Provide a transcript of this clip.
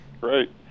Great